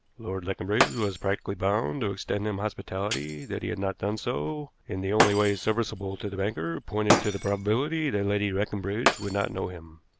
lord leconbridge was practically bound to extend him hospitality that he had not done so, in the only way serviceable to the banker, pointed to the probability that lady leconbridge would not know him.